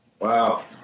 Wow